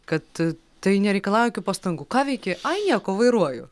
kad tai nereikalauja jokių pastangų ką veiki nieko vairuoju